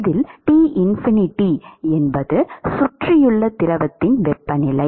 இதில் T∞ சுற்றியுள்ள திரவத்தின் வெப்பநிலை